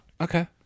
Okay